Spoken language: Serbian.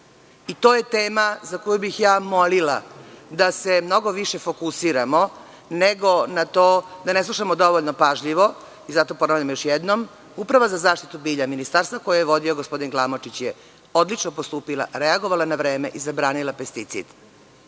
god. To je tema za koju bih ja molila da se mnogo više fokusiramo, nego na to da ne slušamo dovoljno pažljivo. Ponavljam još jednom, Uprava za zaštitu bilja, ministarstva koje je vodio gospodin Glamočić, je odlično postupila, reagovala na vreme i zabranila pesticid,